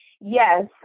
Yes